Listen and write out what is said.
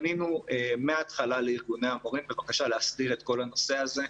פנינו מההתחלה לארגוני המורים בבקשה להסדיר את כל הנושא הזה,